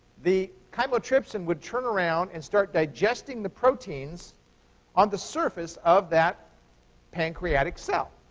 the chymotrypsin would turn around and start digesting the proteins on the surface of that pancreatic cell.